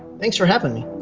thanks for having